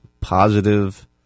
positive